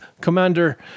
Commander